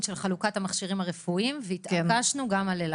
של חלוקת המכשירים הרפואיים והתעקשנו גם על אילת.